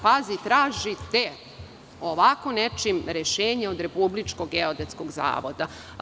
Pazite, tražite ovako nečim rešenje od Republičkog geodetskog zavoda?